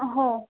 हो